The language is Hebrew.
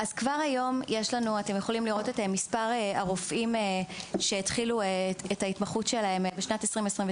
כבר היום אפשר לראות את מספר הרופאים שהתחילו את ההתמחות שלהם ב-2022.